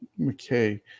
McKay